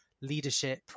leadership